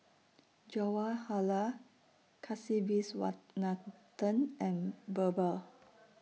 Jawaharlal Kasiviswanathan and Birbal